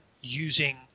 using